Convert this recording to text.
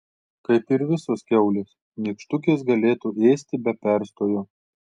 kaip ir visos kiaulės nykštukės galėtų ėsti be perstojo